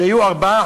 שיהיו ארבעה,